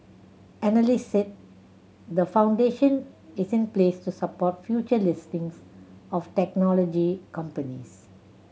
analysts said the foundation is in place to support future listings of technology companies